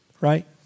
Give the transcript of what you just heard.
right